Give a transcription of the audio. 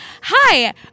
Hi